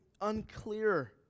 unclear